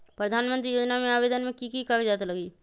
प्रधानमंत्री योजना में आवेदन मे की की कागज़ात लगी?